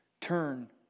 Turn